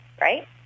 right